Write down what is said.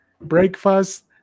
breakfast